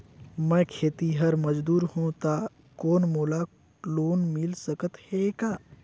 मैं खेतिहर मजदूर हों ता कौन मोला लोन मिल सकत हे का?